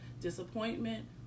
disappointment